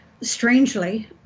strangely